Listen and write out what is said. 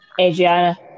Adriana